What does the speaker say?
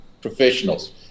professionals